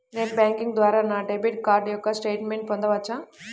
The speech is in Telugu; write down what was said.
నెట్ బ్యాంకింగ్ ద్వారా నా డెబిట్ కార్డ్ యొక్క స్టేట్మెంట్ పొందవచ్చా?